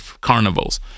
carnivals